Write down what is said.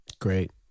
Great